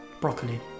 Broccoli